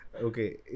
Okay